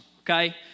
okay